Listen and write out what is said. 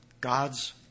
God's